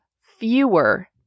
fewer